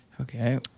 Okay